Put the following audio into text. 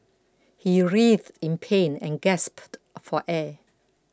he writhed in pain and gasped for air